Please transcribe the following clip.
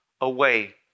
away